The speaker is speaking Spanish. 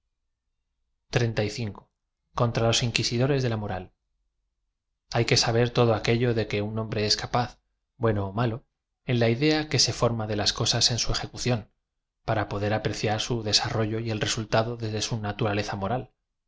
contra los inquisidores de la moral h a y que saber todo aquello de que un hom bre ea capaz bueno ó m alo en la idea que se form a de las cosas en su ejecución p ara poder apreciar su des arrollo y e l resultado d e su naturaleza